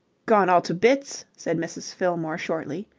gone all to bits, said mrs. fillmore shortly.